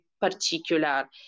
particular